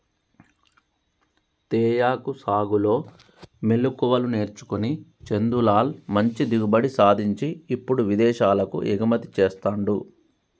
తేయాకు సాగులో మెళుకువలు నేర్చుకొని చందులాల్ మంచి దిగుబడి సాధించి ఇప్పుడు విదేశాలకు ఎగుమతి చెస్తాండు